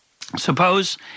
Suppose